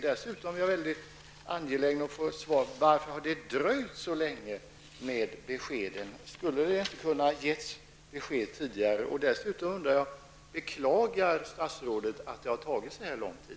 Dessutom är jag väldigt angelägen om att få svar på frågan varför det har dröjt så länge med beskeden. Skulle de inte ha kunnat ges tidigare? Dessutom undrar jag om statsrådet beklagar att det har tagit så lång tid.